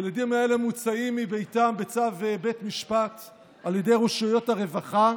ילדים אלה מוצאים מביתם בצו בית משפט על ידי רשויות הרווחה,